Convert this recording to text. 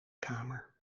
kamer